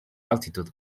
altitude